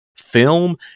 film